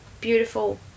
beautiful